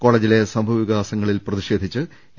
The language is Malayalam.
കോളജിലെ സംഭവ വികാസങ്ങളിൽ പ്രതിഷേധിച്ച് എ